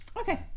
okay